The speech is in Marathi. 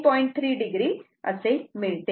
3 o असे मिळते